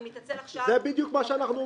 אני מתעצל עכשיו --- זה בדיוק מה שאנחנו אומרים,